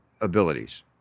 abilities